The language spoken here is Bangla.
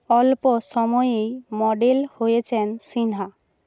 অল্প সময়েই মডেল হয়েছেন সিনহা